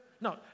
No